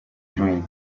dream